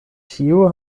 ĉiu